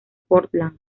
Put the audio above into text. portland